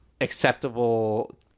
acceptable